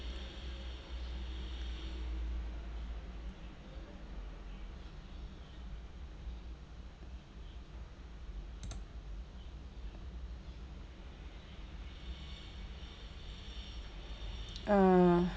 uh